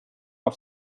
auf